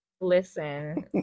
Listen